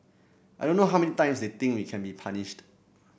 I don't know how many times they think we can be punished